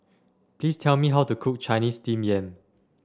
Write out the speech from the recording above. please tell me how to cook Chinese Steamed Yam